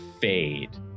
fade